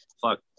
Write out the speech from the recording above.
fuck